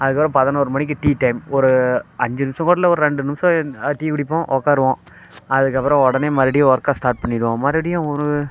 அதுக்கப்புறம் பதினோரு மணிக்கு டீ டைம் ஒரு அஞ்சு நிமிடம் கூட இல்லை ஒரு ரெண்டு நிமிடம் டீ குடிப்போம் உக்காருவோம் அதுக்கப்புறம் உடனே மறுபடியும் ஒர்க்கை ஸ்டார்ட் பண்ணிடுவோம் மறுபடியும் ஒரு